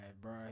bro